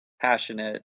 passionate